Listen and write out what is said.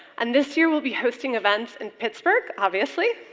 and this year will be hosting events in pittsburgh, obviously,